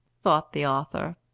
thought the author.